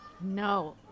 No